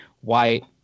white